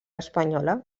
espanyola